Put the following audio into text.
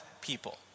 people